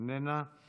איננה.